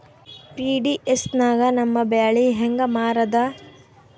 PDS ನಾಗ ನಮ್ಮ ಬ್ಯಾಳಿ ಹೆಂಗ ಮಾರದ?